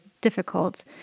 difficult